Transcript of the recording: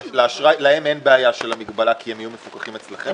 שלהם אין בעיה של המגבלה כי הם יהיו מפוקחים אצלכם?